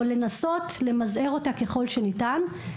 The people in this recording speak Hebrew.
או לנסות למזער אותה ככל הניתן.